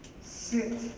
sit